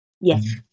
Yes